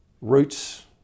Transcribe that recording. roots